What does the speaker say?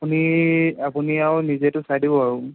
আপুনি আপুনি আৰু নিজেতো চাই দিব আৰু